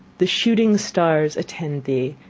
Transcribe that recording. the shooting stars attend thee,